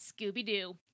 Scooby-Doo